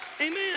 Amen